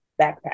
backpack